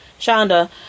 Shonda